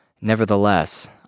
Nevertheless